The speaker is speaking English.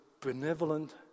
benevolent